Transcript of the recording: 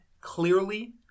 clearly